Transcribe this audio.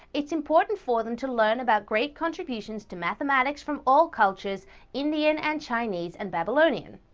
it's important for them to learn about great contributions to mathematics from all cultures indian and chinese and babylonian.